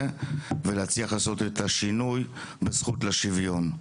ולהצליח לעשות את השינוי בזכות לשיווין.